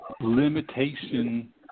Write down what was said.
limitation